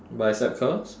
bicep curls